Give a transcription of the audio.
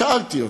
שאלתי אותו: